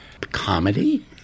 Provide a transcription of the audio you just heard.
Comedy